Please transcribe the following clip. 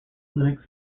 linux